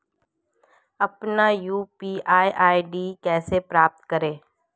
अपना UPI ID कैसे प्राप्त करें?